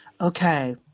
okay